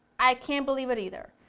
i can't believe it either!